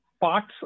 parts